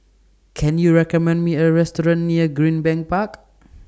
Can YOU recommend Me A Restaurant near Greenbank Park